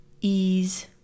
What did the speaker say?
ease